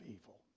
evil